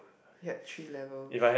yup three levels